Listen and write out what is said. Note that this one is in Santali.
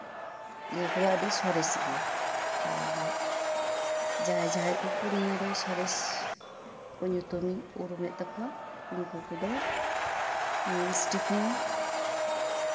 ᱱᱤᱭᱟᱹ ᱠᱚᱫᱚ ᱟᱹᱰᱤ ᱥᱚᱨᱮᱥ ᱜᱮᱭᱟ ᱟᱨ ᱡᱟᱦᱟᱸᱼᱡᱟᱦᱟᱸᱭ ᱠᱚᱼᱠᱚ ᱱᱤᱭᱟᱹ ᱨᱮ ᱥᱚᱨᱮᱥ ᱧᱩᱛᱩᱢᱤᱧ ᱩᱨᱩᱢᱮᱫ ᱛᱟᱠᱚᱣᱟ ᱩᱱᱠᱩ ᱠᱚᱫᱚ ᱥᱴᱤᱯᱷᱮᱱ